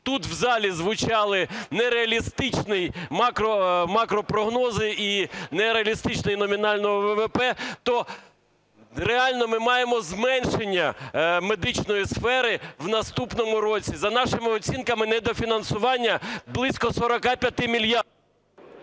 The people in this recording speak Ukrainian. тут у залі звучали нереалістичні макропрогнози і нереалістичні... номінального ВВП, то реально ми маємо зменшення медичної сфери в наступному році, за нашими оцінками, недофінансування близько 45...